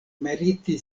meriti